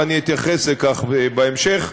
ואני אתייחס לכך בהמשך,